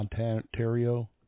Ontario